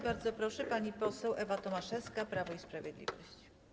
Bardzo proszę, pani poseł Ewa Tomaszewska, Prawo i Sprawiedliwość.